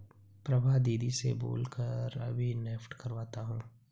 प्रभा दीदी से बोल कर अभी नेफ्ट करवाता हूं